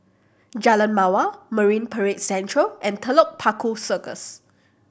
Jalan Mawar Marine Parade Central and Telok Paku Circus